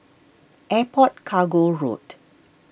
Airport Cargo Road